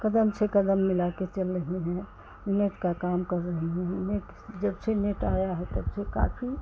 कदम से कदम मिलाकर चल रही हैं नेट का काम कर रही हैं नेट जब से नेट आया है तब से काफ़ी